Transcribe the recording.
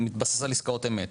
מתבסס עסקאות אמת,